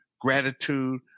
gratitude